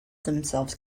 themselves